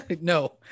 no